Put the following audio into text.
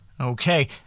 Okay